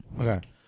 Okay